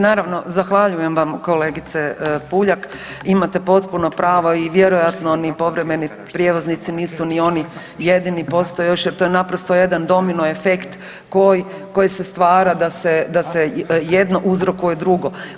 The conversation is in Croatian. Naravno, zahvaljujem vam kolegice Puljak, imate potpuno pravo i vjerojatno ni povremeni prijevoznici nisu ni oni jedini postoje još jer to je naprosto jedan domino efekt koji se stvara da se jedno uzrokuje drugo.